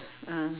ah